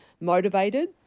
motivated